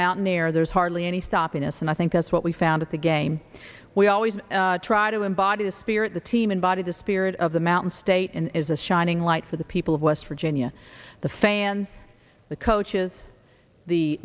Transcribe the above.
mountain air there's hardly any stopping us and i think that's what we found at the game we always try to embody the spirit the team embodied the spirit of the mountain state and is a shining light for the people of west virginia the fans the coaches the